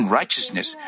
righteousness